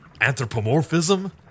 anthropomorphism